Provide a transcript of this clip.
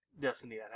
destiny